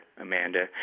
Amanda